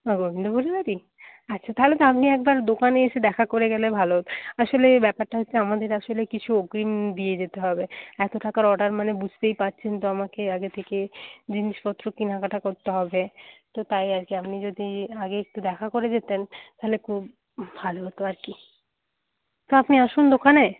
ও রবীন্দ্রপল্লি বাড়ি আচ্ছা তাহলে তো আপনি একবার দোকানে এসে দেখা করে গেলে ভালো আসলে ব্যাপারটা হচ্ছে আমাদের আসলে কিছু অগ্রিম দিয়ে যেতে হবে এত টাকার অর্ডার মানে বুঝতেই পারছেন তো আমাকে আগে থেকে জিনিসপত্র কেনাকাটা করতে হবে তো তাই আর কি আপনি যদি আগে একটু দেখা করে যেতেন তাহলে খুব ভালো হতো আর কি তা আপনি আসুন দোকানে